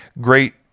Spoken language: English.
Great